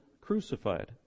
crucified